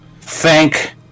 thank